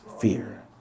fear